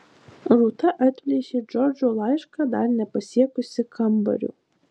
rūta atplėšė džordžo laišką dar nepasiekusi kambario